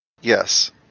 Yes